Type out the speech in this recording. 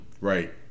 right